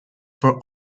for